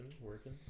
working